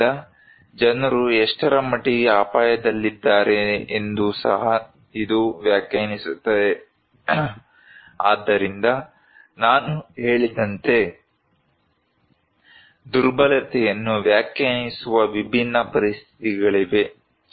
ಆದ್ದರಿಂದ ಜನರು ಎಷ್ಟರ ಮಟ್ಟಿಗೆ ಅಪಾಯದಲ್ಲಿದ್ದಾರೆ ಎಂದು ಸಹ ಇದು ವ್ಯಾಖ್ಯಾನಿಸುತ್ತದೆ ಆದ್ದರಿಂದ ನಾನು ಹೇಳಿದಂತೆ ದುರ್ಬಲತೆಯನ್ನು ವ್ಯಾಖ್ಯಾನಿಸುವ ವಿಭಿನ್ನ ಪರಿಸ್ಥಿತಿಗಳಿವೆ